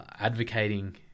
advocating